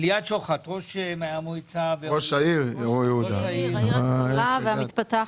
ליאת שוחט, ראשת העיר אור יהודה, בקשה.